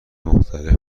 مختلف